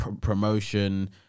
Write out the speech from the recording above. Promotion